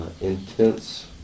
intense